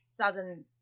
southern